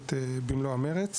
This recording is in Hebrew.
למדינה.